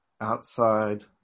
outside